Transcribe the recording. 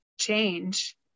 change